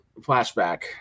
flashback